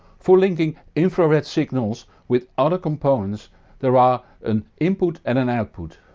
for linking infrared signals with other components there are an input and an output.